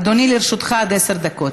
אדוני, לרשותך עד עשר דקות.